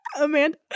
amanda